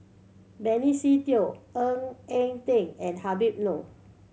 Benny Se Teo Ng Eng Teng and Habib Noh